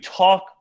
talk